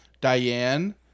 Diane